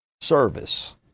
service